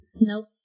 Nope